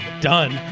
done